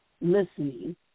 listening